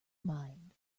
mind